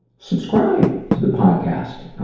subscribe to the podcast, ah,